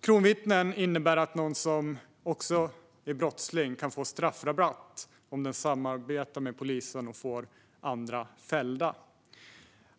Kronvittne innebär att någon som också är brottsling kan få straffrabatt om man samarbetar med polisen och får andra fällda.